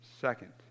Second